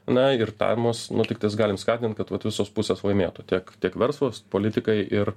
na ir ta mus nu tiktais galim skatint kad visos pusės laimėtų tiek tiek verslas politikai ir